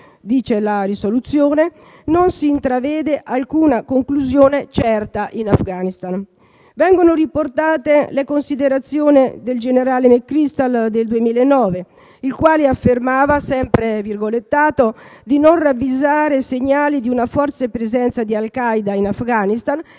sempre la risoluzione «non si intravede alcuna conclusione certa in Afghanistan». Vengono riportate le considerazioni del generale McChrystal, il quale nel 2009 affermava di «non ravvisare segnali di una forte presenza di Al Qaeda in Afghanistan» e